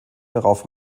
darauf